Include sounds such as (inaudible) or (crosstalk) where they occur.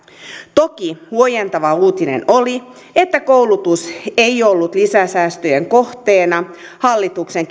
toki huojentava uutinen oli että koulutus ei ollut lisäsäästöjen kohteena hallituksen (unintelligible)